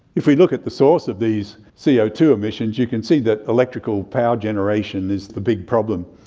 if we look at the source of these c o two emissions you can see that electrical power generation is the big problem,